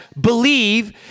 believe